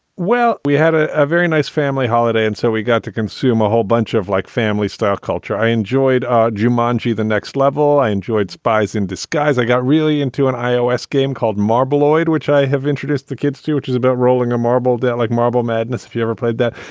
well, we had a a very nice family holiday, and so we got to consume a whole bunch of like family style culture. i enjoyed. ah munchy, the next level i enjoyed spies in disguise, i got really into an iow game called marble oide, which i have introduced the kids to, which is about rolling a marble down like marble madness if you ever played that.